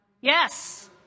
Yes